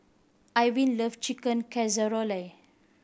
Irvine love Chicken Casserole